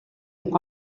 pkw